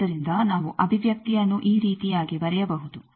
ಆದ್ದರಿಂದ ನಾವು ಅಭಿವ್ಯಕ್ತಿಯನ್ನು ಈ ರೀತಿಯಾಗಿ ಬರೆಯಬಹುದು